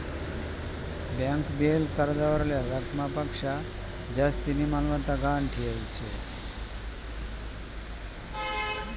bank देयेल कर्जावरल्या रकमपक्शा जास्तीनी मालमत्ता गहाण ठीलेस